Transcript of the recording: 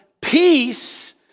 peace